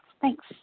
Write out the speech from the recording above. Thanks